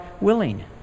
willing